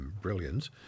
brilliance